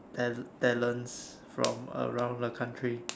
ta~ talents from around the country